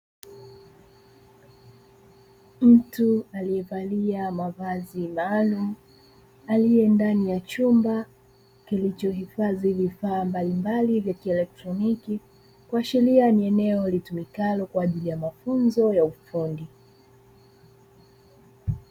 Mtu aliyevalia mavazi malumu aliye ndani ya chumba kilichohifadhi vifaa mbalimbali vya kielektroniki, kuashiria ni eneo litumikalo kwa ajili ya mafunzo ya ufundi.